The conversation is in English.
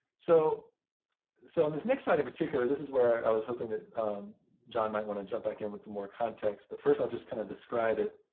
so so in this next line in particular, this is where i was hoping that john might want to jump back in with some more context. but first, i'll just kind of describe it.